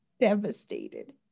devastated